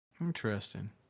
interesting